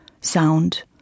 sound